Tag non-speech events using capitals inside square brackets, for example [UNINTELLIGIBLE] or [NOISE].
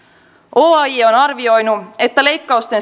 oaj on arvioinut että leikkausten [UNINTELLIGIBLE]